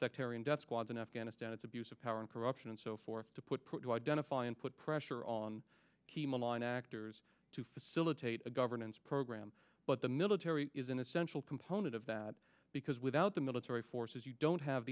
sectarian death squads in afghanistan it's abuse of power and corruption and so forth to put then a fine put pressure on key malign actors to facilitate a governance program but the military is an essential component of that because without the military forces you don't have